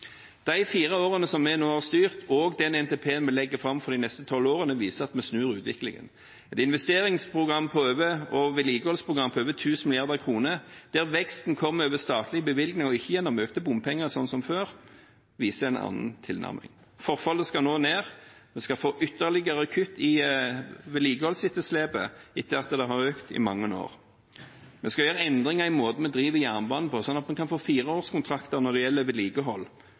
De fire årene vi nå har styrt, og den NTP-en vi legger fram for de neste tolv årene, viser at vi snur utviklingen. Et investerings- og vedlikeholdsprogram på over 1 000 mrd. kr, der veksten kommer over statlige bevilgninger og ikke gjennom økte bompenger sånn som før, viser en annen tilnærming. Forfallet skal nå ned. Vi skal få ytterligere kutt i vedlikeholdsetterslepet etter at det har økt i mange år. Vi skal gjøre endringer i måten vi driver jernbanen på, sånn at vi kan få fire års kontrakter når det gjelder vedlikehold,